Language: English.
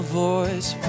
voice